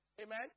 Amen